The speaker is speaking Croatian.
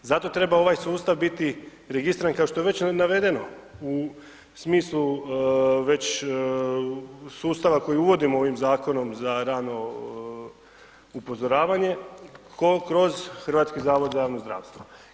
Zato treba ovaj sustav biti registriran, kao što je već navedeno u smislu već sustava koji uvodimo ovim zakonom za rano upozoravanje, kroz Hrvatski zavod za javno zdravstvo.